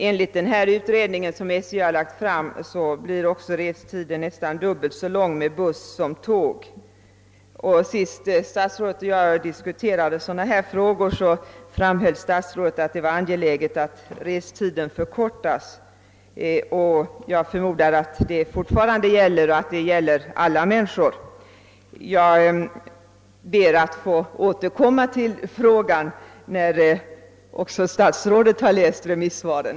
Enligt den utredning som SJ lagt fram blir restiden vidare nästan dubbelt så lång med buss som med tåg. När statsrådet och jag senast diskuterade sådana här frågor framhöll statsrådet att det är angeläget att restiden förkortas. Jag förmodar att detta fortfarande gäller och att det avser alla människor. Jag ber att få återkomma till saken när också statsrådet har läst remisssvaren.